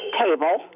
table